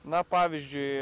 na pavyzdžiui